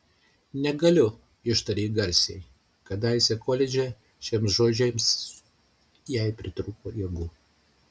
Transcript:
negaliu ištarė ji garsiai kadaise koledže šiems žodžiams jai pritrūko jėgų